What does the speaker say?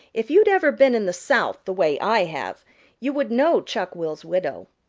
if you'd ever been in the south the way i have you would know chuck-will's-widow.